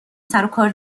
سروکار